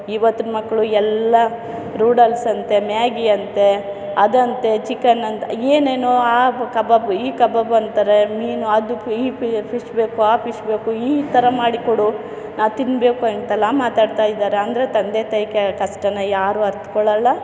ಇವತ್ತಿನ ಮಕ್ಕಳು ಎಲ್ಲ ರೂಡಲ್ಸ್ ಅಂತೆ ಮ್ಯಾಗಿ ಅಂತೆ ಅದಂತೆ ಚಿಕನ್ ಅಂತ ಏನೇನೋ ಆ ಕಬಾಬು ಈ ಕಬಾಬು ಅಂತಾರೆ ಮೀನು ಅದು ಈ ಫಿಶ್ ಬೇಕು ಆ ಫಿಶ್ ಬೇಕು ಈ ಥರ ಮಾಡಿಕೊಡು ನಾನು ತಿನ್ನಬೇಕು ಅಂತೆಲ್ಲ ಮಾತಾಡ್ತಾಯಿದ್ದಾರೆ ಅಂದರೆ ತಂದೆ ತಾಯಿ ಕಷ್ಟನ ಯಾರೂ ಅರಿತ್ಕೊಳಲ್ಲ